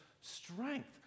strength